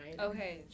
Okay